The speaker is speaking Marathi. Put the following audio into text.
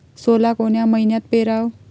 सोला कोन्या मइन्यात पेराव?